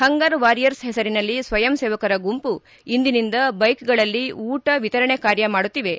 ಹಂಗರ್ warriors ಹೆಸರಿನಲ್ಲಿ ಸ್ವಯಂ ಸೇವಕರ ಗುಂಮ ಇಂದಿನಿಂದ ಬೈಕ್ಗಳಲ್ಲಿ ಊಟ ವಿತರಣೆ ಕಾರ್ಯ ಮಾಡುತ್ತಿವೆ